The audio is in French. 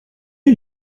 est